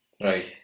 Right